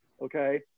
okay